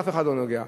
ואף אחד לא נוגע.